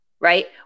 Right